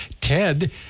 Ted